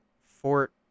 Fort